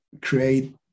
create